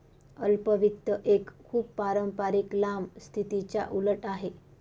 अल्प वित्त एक खूप पारंपारिक लांब स्थितीच्या उलट आहे